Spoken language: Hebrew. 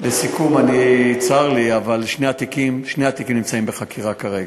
צר לי, אבל שני התיקים נמצאים בחקירה כרגע.